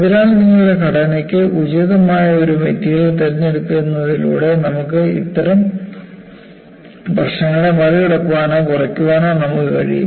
അതിനാൽ നിങ്ങളുടെ ഘടനയ്ക്ക് ഉചിതമായ ഒരു മെറ്റീരിയൽ തിരഞ്ഞെടുക്കുന്നതിലൂടെ നമുക്ക് അത്തരം പ്രശ്നങ്ങളെ മറികടക്കാനോ കുറയ്ക്കാനോ നമുക്ക് കഴിയും